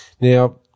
Now